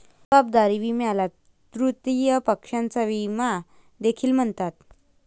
जबाबदारी विम्याला तृतीय पक्षाचा विमा देखील म्हणतात